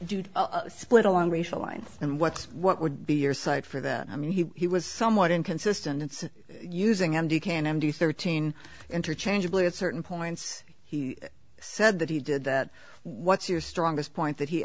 dude split along racial lines and what's what would be your cite for that i mean he was somewhat inconsistent it's using and you can do thirteen interchangeably at certain points he said that he did that what's your strongest point that he